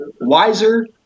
wiser